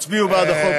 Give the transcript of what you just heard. הצביעו בעד החוק.